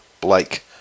Blake